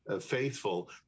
faithful